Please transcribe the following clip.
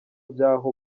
by’aho